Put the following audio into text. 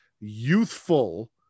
youthful